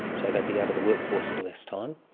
so they'd be out of the workforce for less time,